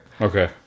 okay